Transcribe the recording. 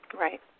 Right